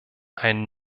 einen